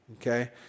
okay